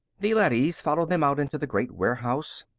the leadys followed them out into the great warehouse.